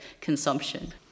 consumption